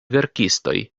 verkistoj